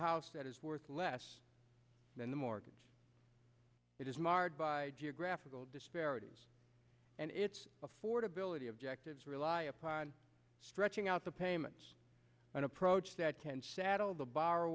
house that is worth less than the mortgage it is marred by geographical disparities and its affordability objectives rely upon stretching out the payments an approach that can saddle the